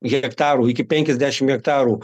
hektarų iki penkiasdešim hektarų